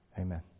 Amen